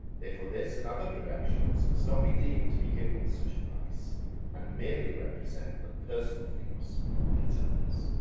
therefore, this and other productions must not be deemed to be giving such advice and merely represent the personal views of its owners.